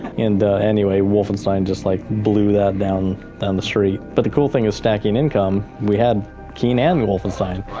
and, anyway, wolfenstein just like blew that down down the street. but the cool thing is, stacking income, we had keen and wolfenstein.